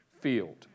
field